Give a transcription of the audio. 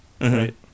right